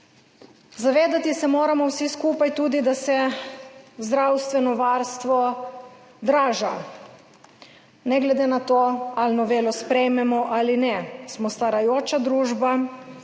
Zavedati se moramo vsi skupaj tudi, da se zdravstveno varstvo draži, ne glede na to, ali novelo sprejmemo ali ne. Smo starajoča se družba